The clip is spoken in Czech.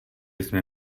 jsme